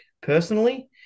personally